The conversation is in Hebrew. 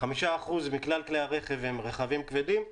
5% מכלל כלי הרכב הם רכבים כבדים,